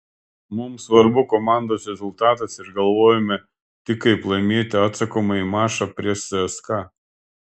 mums svarbu komandos rezultatas ir galvojame tik kaip laimėti atsakomąjį mačą prieš cska